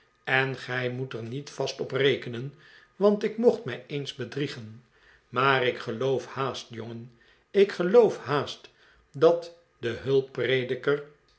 en gij moet er niet vast op rekenen want ik mocht mij eens bedriegen maar ik geloof haast jongen ik geloof haast dat de